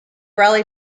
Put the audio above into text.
rally